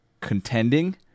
contending